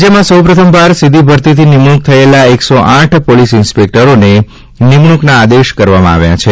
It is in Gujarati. રાજયમાં સૌ પ્રથમવાર સીધી ભરતીથી નિમણૂંક થયેલા એકસો આઠ પોલીસ ઈસ્પેકટરોને નિમણૂંકના આદેશ કરવામાં આવ્યા છે